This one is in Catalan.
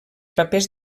papers